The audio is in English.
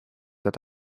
that